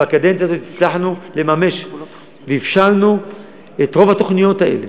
בקדנציה הזאת הצלחנו לממש והבשלנו את רוב התוכניות האלה.